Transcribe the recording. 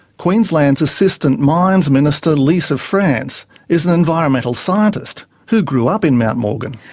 queensland's assistant mines minister, lisa france, is an environmental scientist who grew up in mount morgan.